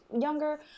younger